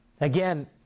again